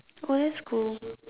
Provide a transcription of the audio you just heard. oh that's cool